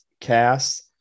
cast